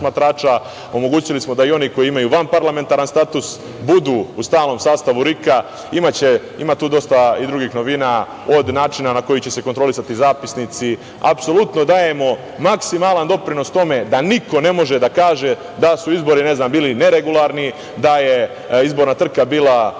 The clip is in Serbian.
Omogućili smo da i oni koji imaju vanparlamentaran status budu u stalnom sastavu RIK-a. Ima tu dosta i drugih novina - od načina na koji će se kontrolisati zapisnici. Apsolutno dajemo maksimalan doprinos tome da niko ne može da kaže da su izbori, ne znam, bili neregularni, da je izborna trka bila ovakva